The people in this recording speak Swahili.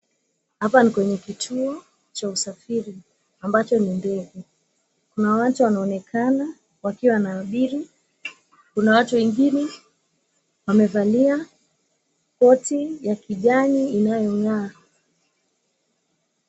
Hapa ni kwenye kituo cha usafiri, ambacho ni ndege. Kuna watu wanaonekana wakiwa wanaabiri. Kuna watu wengine wamevalia koti ya kijani inayong'aa.